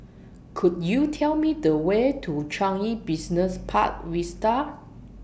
Could YOU Tell Me The Way to Changi Business Park Vista